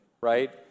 right